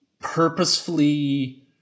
purposefully